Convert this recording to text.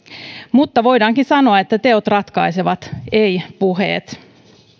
mutta voidaankin sanoa että teot ratkaisevat eivät puheet